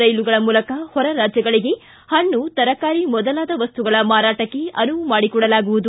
ರೈಲುಗಳ ಮೂಲಕ ಹೊರ ರಾಜ್ಯಗಳಿಗೆ ಹಣ್ಣಿ ತರಕಾರಿ ಮೊದಲಾದ ವಸ್ತುಗಳ ಮಾರಾಟಕ್ಕೆ ಅನುವು ಮಾಡಿಕೊಡಲಾಗುವುದು